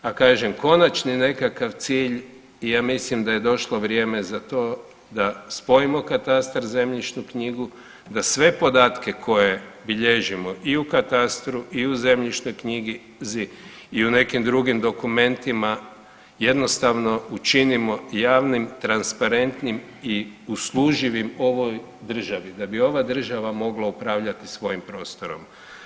A kažem konačni nekakav cilj ja mislim da je došlo vrijeme za to da spojimo katastar i zemljišnu knjigu da sve podatke koje bilježimo i u katastru i u zemljišnoj knjizi i u nekim drugim dokumentima jednostavno učinimo javnim, transparentnim i usluživim ovoj državi da bi ova država mogla upravljati svojim prostorom.